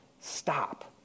Stop